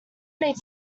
need